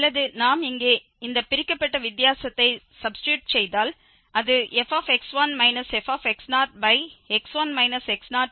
அல்லது நாம் இங்கே இந்த பிரிக்கப்பட்ட வித்தியாசத்தை சாப்பிட்டிட்யூட் செய்தால் அது fx1 fx0x1 x0 வாக இருந்தது